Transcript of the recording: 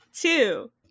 two